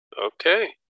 okay